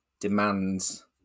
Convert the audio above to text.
demands